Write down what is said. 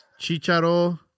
Chicharo